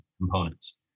components